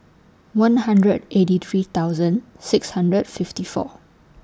one hundred eighty three thousand six hundred fifty four